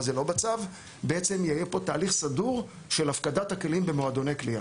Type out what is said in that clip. לא בצו - בעצם יהיה פה תהליך סדור של הפקדת הכלים במועדוני קליעה.